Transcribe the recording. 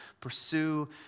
Pursue